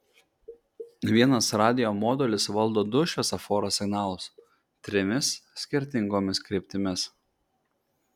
vienas radijo modulis valdo du šviesoforo signalus trimis skirtingomis kryptimis